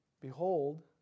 Behold